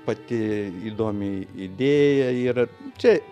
pati įdomi idėja yra čia